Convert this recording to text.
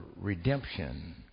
redemption